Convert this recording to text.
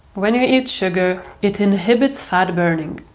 when you eat sugar, it inhibits fat burning.